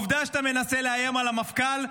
העובדה שאתה מנסה לאיים על המפכ"ל,